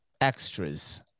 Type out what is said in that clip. extras